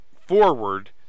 forward